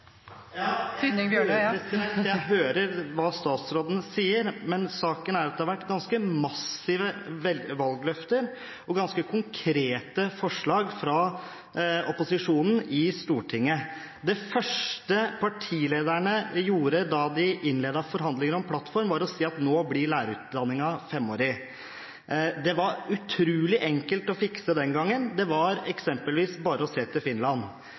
Jeg hører hva statsråden sier, men saken er at det har vært ganske massive valgløfter og ganske konkrete forslag fra opposisjonen i Stortinget. Det første partilederne gjorde da de innledet forhandlinger om plattform, var å si at nå blir lærerutdanningen femårig. Det var utrolig enkelt å fikse den gangen, det var eksempelvis bare å se til Finland.